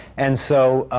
and so,